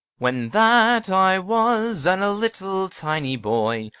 when that i was and a little tiny boy,